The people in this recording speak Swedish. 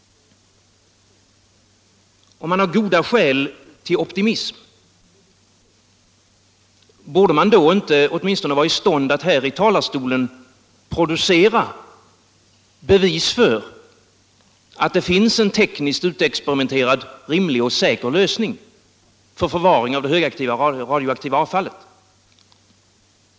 Om man har goda skäl till optimism, borde man då åtminstone inte vara i stånd att här i talarstolen producera bevis för att det finns en tekniskt utexperimenterad rimlig och säker lösning för förvaring av det radioaktiva avfallet?